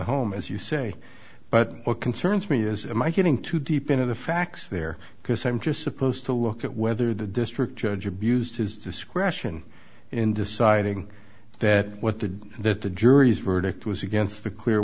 home as you say but what concerns me is my getting too deep into the facts there because i'm just supposed to look at whether the district judge abused his discretion in deciding that what the that the jury's verdict was against the clear